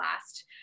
last